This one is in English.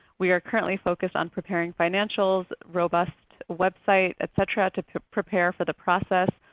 we are currently focused on preparing financials, robust website, etc. to to prepare for the process.